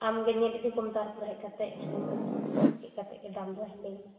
ᱟᱢ ᱜᱮ ᱧᱮᱞ ᱤᱫᱤ ᱠᱚᱢ ᱛᱟᱨ ᱯᱚᱨᱮ ᱦᱮᱡ ᱠᱟᱛᱮᱫ ᱦᱮᱡ ᱠᱟᱛᱮᱫ ᱜᱮ ᱫᱟᱢ ᱫᱚᱦᱟᱸᱜ ᱤᱧ ᱞᱟᱹᱭᱟᱢᱟ